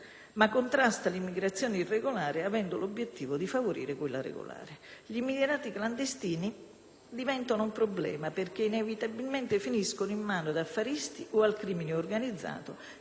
diventano un problema perché «inevitabilmente finiscono in mano ad affaristi o al crimine organizzato che li buttano sul mercato nero, se non addirittura nella prostituzione o nella manovalanza criminale».